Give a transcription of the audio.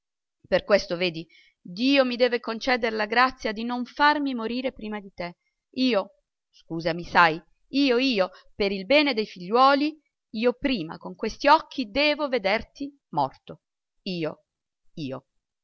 per questo vedi dio mi deve conceder la grazia di non farmi morire prima di te io scusami sai io io per il bene dei figliuoli io prima con questi occhi devo vederti morto io io